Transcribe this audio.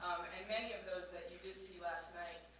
and many of those that you did see last night.